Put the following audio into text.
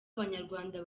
abanyarwanda